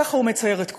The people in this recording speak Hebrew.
ככה הוא מצייר את כולם,